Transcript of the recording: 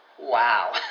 wow